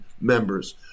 members